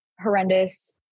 horrendous